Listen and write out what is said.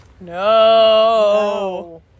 No